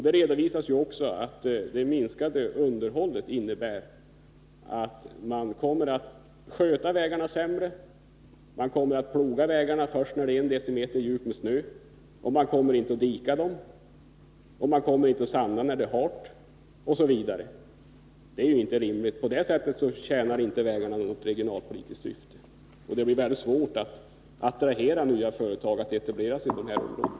Det redovisades ju också att det minskade underhållet innebär att man kommer att sköta vägarna sämre — man kommer att ploga vägarna först när det är 1 dm djupt med snö, man kommer inte att dika dem, man kommer inte att sanda när det är halt, osv. Det är inte rimligt. På det sättet tjänar inte vägarna något regionalpolitiskt syfte. Det blir väldigt svårt att attrahera nya företag att etablera sig på sådana orter.